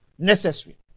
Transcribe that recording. necessary